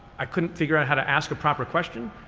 i couldn't figure out how to ask a proper question.